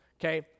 Okay